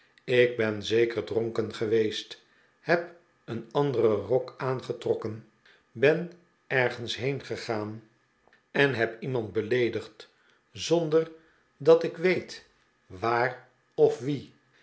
ik ben zeker dronken geweest heb een anderen rok aangetrokken ben ergens heengegaan en heb iemand beleedigd zonder dat ik weet waar of wien